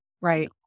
Right